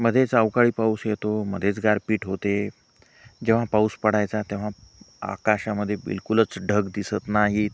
मधेच अवकाळी पाऊस येतो मधेच गारपीट होते जेव्हा पाऊस पडायचा तेव्हा आकाशामध्ये बिलकुलच ढग दिसत नाहीत